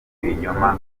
ibinyoma